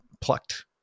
plucked